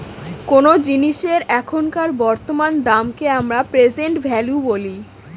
কোনো জিনিসের এখনকার বর্তমান দামকে আমরা প্রেসেন্ট ভ্যালু বলি